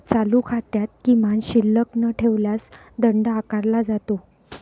चालू खात्यात किमान शिल्लक न ठेवल्यास दंड आकारला जातो